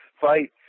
fight